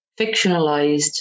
fictionalized